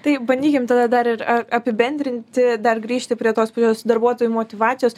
tai bandykim tada dar ir a apibendrinti dar grįžti prie tos pačios darbuotojų motyvacijos